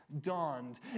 dawned